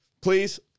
please